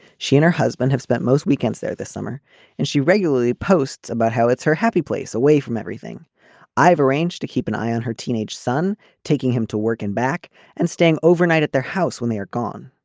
she and her husband have spent most weekends there this summer and she regularly posts about how it's her happy place away from everything i've arranged to keep an eye on her teenage son taking him to work and back and staying overnight at their house when they are gone.